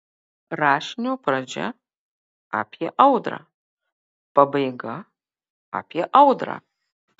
rašinio pradžia apie audrą pabaiga apie audrą